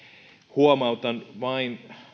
huomautan vain